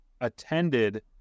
attended